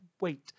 wait